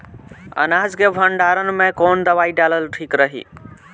अनाज के भंडारन मैं कवन दवाई डालल ठीक रही?